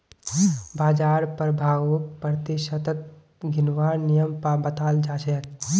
बाजार प्रभाउक प्रतिशतत गिनवार नियम बताल जा छेक